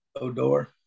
Odor